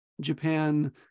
Japan